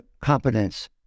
competence